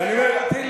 ואני אומר,